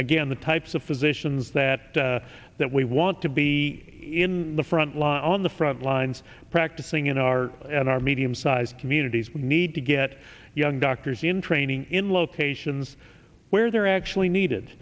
again the types of physicians that that we want to be in the front line on the front lines practicing in our in our medium sized communities we need to get young doctors in training in locations where they're actually needed